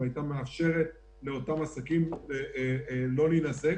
והייתה מאפשרת לאותם עסקים לא להינזק,